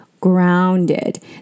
Grounded